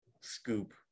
scoop